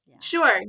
Sure